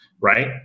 right